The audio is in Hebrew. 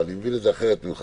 אני מבין את זה אחרת ממך.